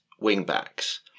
wing-backs